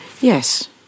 yes